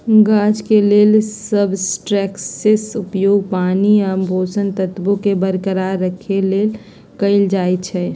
गाछ के लेल सबस्ट्रेट्सके उपयोग पानी आ पोषक तत्वोंके बरकरार रखेके लेल कएल जाइ छइ